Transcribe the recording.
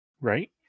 Right